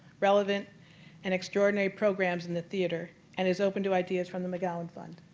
relevant and extraordinary programs in the theatre and is open to ideas from the mcgowan fund.